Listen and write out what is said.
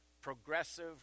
progressive